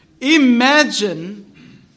Imagine